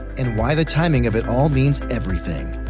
and why the timing of it all means everything.